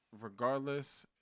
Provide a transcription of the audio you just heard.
regardless